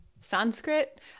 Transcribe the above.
Sanskrit